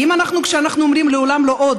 האם כשאנחנו אומרים "לעולם לא עוד",